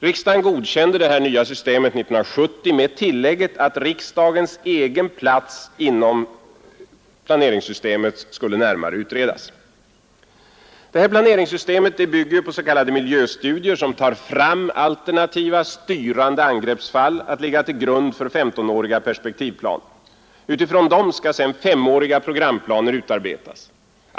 Riksdagen godkände det nya systemet 1970 med tillägget att riksdagens egen plats inom planeringssystemet skulle närmare utredas. Planeringssystemet bygger på s.k. miljöstudier som tar fram alternativa, styrande angreppsfall att ligga till grund för femtonåriga perspektivplaner. Utifrån dem skall sedan femåriga programplaner utarbetas.